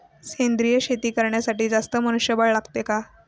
सेंद्रिय शेती करण्यासाठी जास्त मनुष्यबळ लागते का?